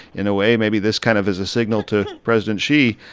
in a way, maybe this kind of is a signal to president xi,